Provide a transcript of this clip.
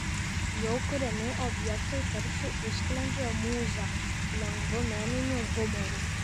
jo kuriami objektai tarsi užsklendžia mūzą lengvu meniniu humoru